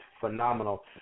phenomenal